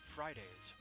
Fridays